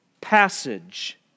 passage